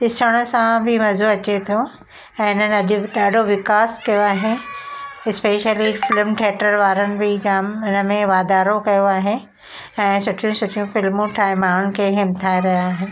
ॾिसण सां बि मज़ो अचे थो ऐं हिननि अॼु ॾाढो विकासु कयो आहे स्पेशली फिल्म थिएटर वारनि बि जामु हिनमें वाधारो कयो आहे ऐं सुठियूं सुठियूं फिल्मूं ठाहे माण्हुनि खे हिमथाए रहिया आहिनि